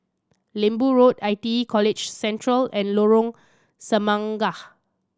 Lembu Road I T E College Central and Lorong Semangka